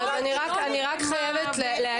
היא לא נרדמה.